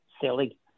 silly